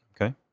Okay